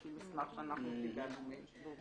לפי מסמך שאנחנו קיבלנו מהם.